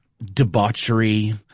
debauchery